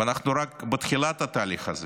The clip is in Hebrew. ואנחנו רק בתחילת התהליך הזה.